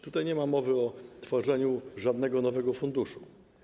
Tutaj nie ma mowy o tworzeniu żadnego nowego funduszu.